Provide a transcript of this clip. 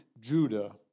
Judah